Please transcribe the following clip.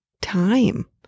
time